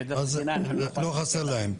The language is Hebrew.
שטח ענק --- לא חסר להם,